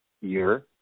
year